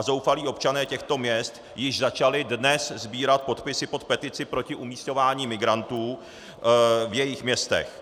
Zoufalí občané těchto měst již začali dnes sbírat podpisy pod petici proti umisťování migrantů v jejich městech.